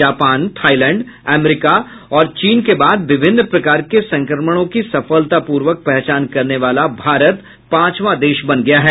Japan Thailand अमरीका और चीन के बाद विभिन्न प्रकार के संक्रमणों की सफलतापूर्वक पहचान करने वाला भारत पांचवां देश बन गया है